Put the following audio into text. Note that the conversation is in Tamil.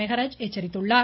மெகராஜ் எச்சரித்துள்ளார்